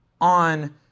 on